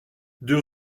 deux